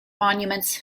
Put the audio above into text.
monuments